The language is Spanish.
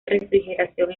refrigeración